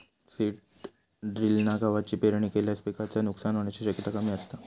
seed ड्रिलना गवाची पेरणी केल्यास पिकाचा नुकसान होण्याची शक्यता कमी असता